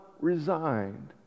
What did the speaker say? resigned